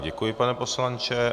Děkuji, pane poslanče.